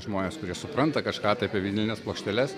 žmonės kurie supranta kažką tai apie vinilines plokšteles